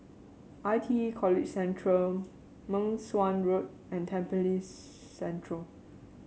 I T E College Central Meng Suan Road and Tampines Central